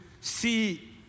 see